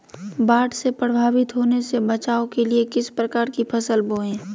बाढ़ से प्रभावित होने से बचाव के लिए किस प्रकार की फसल बोए?